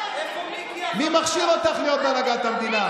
איפה מיקי, מי מכשיר אותך להיות בהנהגת המדינה?